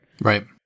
Right